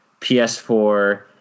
PS4